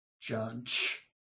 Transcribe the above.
judge